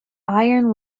iron